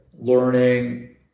learning